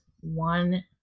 one